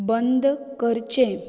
बंद करचें